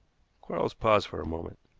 quarles paused for a moment.